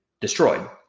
destroyed